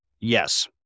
Yes